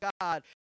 God